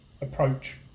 approach